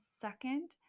second